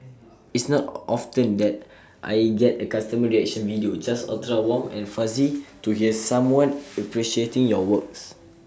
it's not often that I get A customer reaction video just ultra warm and fuzzy to hear someone appreciating your works